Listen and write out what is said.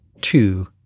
two